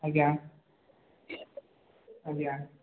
ଆଜ୍ଞା ଆଜ୍ଞା